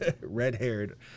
red-haired